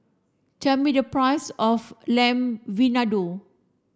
tell me the price of Lamb Vindaloo